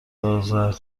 آذر